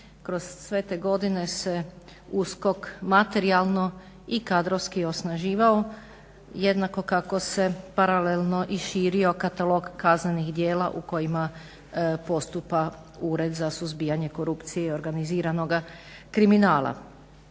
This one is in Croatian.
kroz sve te godine se USKOK materijalno i kadrovski osnaživao, jednako kako se paralelno i širio katalog kaznenih djela u kojima postupa USKOK. Ovdje raspravljamo o izmjeni